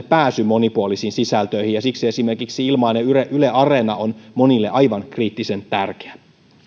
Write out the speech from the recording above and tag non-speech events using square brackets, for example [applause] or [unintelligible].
[unintelligible] pääsyn monipuolisiin sisältöihin ja siksi esimerkiksi ilmainen yle yle areena on monille aivan kriittisen tärkeä